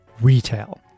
Retail